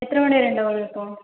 എത്ര മണിവരെയുണ്ടാകും അതിപ്പോൾ